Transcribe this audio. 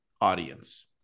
audience